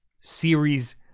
Series